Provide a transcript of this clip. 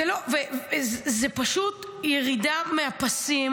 זו פשוט ירידה מהפסים.